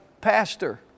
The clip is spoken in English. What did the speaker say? pastor